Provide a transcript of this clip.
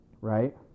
Right